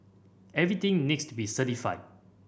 everything needs to be certified